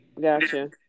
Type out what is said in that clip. Gotcha